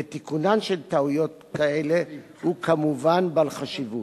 ותיקונן של טעויות כאלה הוא כמובן בעל חשיבות.